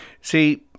See